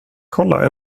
kolla